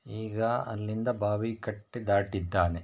ಈಗ ಅಲ್ಲಿಂದ ಬಾವಿಕಟ್ಟೆ ದಾಟಿದ್ದಾನೆ